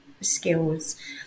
skills